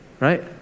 right